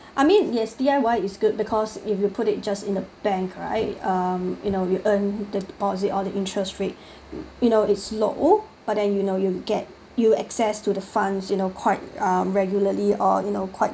I mean yes D_I_Y is good because if you put it just in the bank right uh you know you earn the deposit all the interest rate you know it's low but then you know you'll get you access to the funds you know quite regularly or you know quite